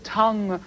tongue